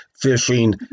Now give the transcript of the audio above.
fishing